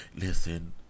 listen